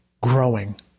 growing